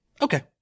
Okay